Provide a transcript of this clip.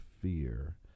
fear